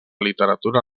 literatura